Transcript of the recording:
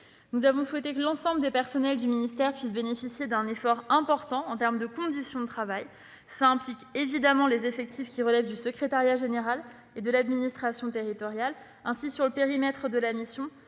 Nous avons souhaité que l'ensemble des personnels du ministère bénéficie d'un effort important en termes de conditions de travail, ce qui implique évidemment les effectifs relevant du secrétariat général et de l'administration territoriale. Ainsi, dans le périmètre de la mission,